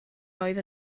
oedd